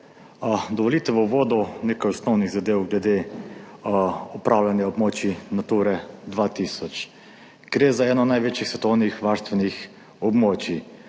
Dovolite v uvodu nekaj osnovnih zadev glede upravljanja območij Nature 2000. Gre za eno največjih svetovnih varstvenih območij.